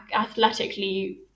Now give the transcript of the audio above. athletically